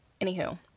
Anywho